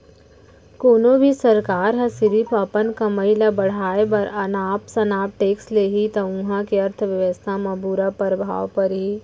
कोनो भी सरकार ह सिरिफ अपन कमई ल बड़हाए बर अनाप सनाप टेक्स लेहि त उहां के अर्थबेवस्था म बुरा परभाव परही